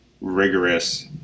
rigorous